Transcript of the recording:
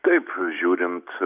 taip žiūrint